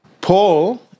Paul